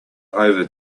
over